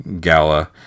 gala